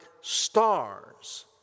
stars